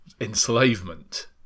enslavement